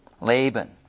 Laban